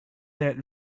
that